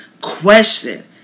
question